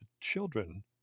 children